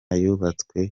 yubatswe